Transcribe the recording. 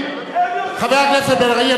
חבר הכנסת בן-ארי,